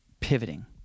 pivoting